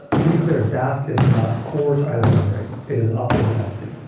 to be clear, dask is not core to either library. it is an optional dependency.